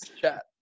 chat